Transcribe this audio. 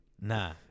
Nah